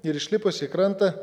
ir išlipus į krantą